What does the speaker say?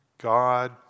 God